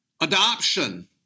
adoption